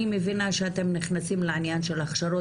אני מבינה שאתם נכנסים לעניין של הכשרות,